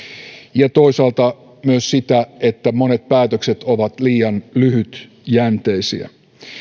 ja toisaalta myös sitä että monet päätökset ovat liian lyhytjänteisiä